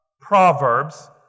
Proverbs